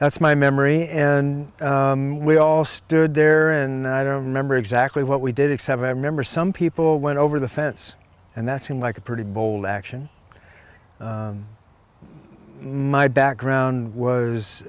that's my memory and we all stood there and i don't remember exactly what we did except i remember some people went over the fence and that seemed like a pretty bold action my background